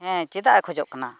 ᱦᱮ ᱪᱮᱫᱟᱜᱼᱮ ᱠᱷᱚᱡᱚᱜ ᱠᱟᱱᱟ